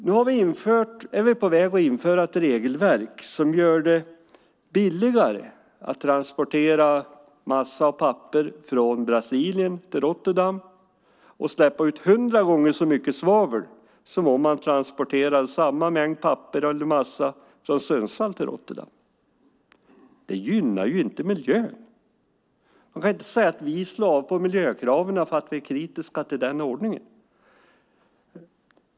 Nu är vi på väg att införa ett regelverk som gör det billigare att transportera massa och papper från Brasilien till Rotterdam och släppa ut hundra gånger så mycket svavel som om man transporterade samma mängd papper och massa från Sundsvall till Rotterdam. Det gynnar inte miljön. Vi kan inte säga att vi gör avkall på miljökraven för att vi är kritiska till den ordningen.